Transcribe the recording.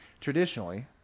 traditionally